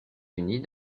unis